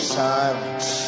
silence